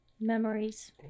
Memories